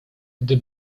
gdy